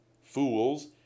Fools